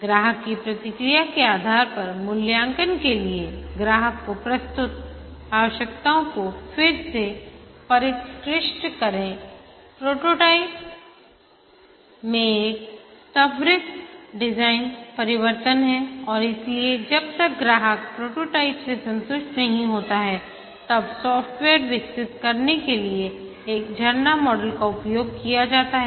ग्राहक की प्रतिक्रिया के आधार पर मूल्यांकन के लिए ग्राहक को प्रस्तुत आवश्यकताओं को फिर से परिष्कृत करें प्रोटोटाइप में एक त्वरित डिजाइन परिवर्तन है और इसलिए जब तक ग्राहक प्रोटोटाइप से संतुष्ट नहीं होता है तब सॉफ्टवेयर विकसित करने के लिए एक झरना मॉडल का उपयोग किया जाता है